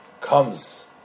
comes